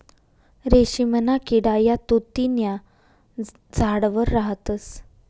रेशीमना किडा या तुति न्या झाडवर राहतस